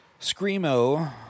Screamo